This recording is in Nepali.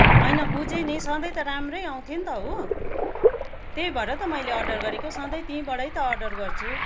होइन बुझेँ नि सधैँ त राम्रै आउँथ्यो नि त हो त्यही भएर त मैले अर्डर गरेको सधैँ त्यहीँबाटै त अर्डर गर्छु